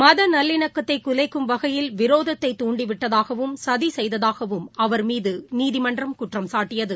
மத நல்லிணக்கத்தை குலைக்கும் வகையில் விரோதத்தை தூண்டி விட்டதாகவும் இதற்கு சதி செய்ததாகவும் அவர் மீது நீதிமன்றம் குற்றம் சாட்டியது